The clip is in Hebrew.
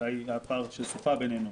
אולי יש פער של שפה בינינו.